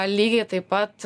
lygiai taip pat